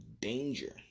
danger